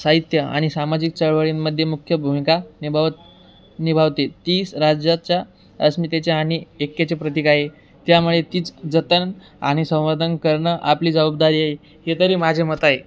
साहित्य आणि सामाजिक चळवळींमध्ये मुख्य भूमिका निभाव निभावते ती राज्याच्या अस्मितेच्या आणि ऐक्याचे प्रतिक आहे त्यामुळे तीच जतन आणि संवर्धन करणं आपली जबाबदारीे हे तरी माझे मत आहे